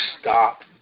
stop